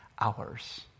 hours